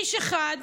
איש אחד,